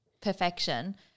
perfection